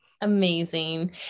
Amazing